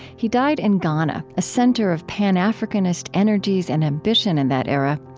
he died in ghana, a center of pan-africanist energies and ambition in that era.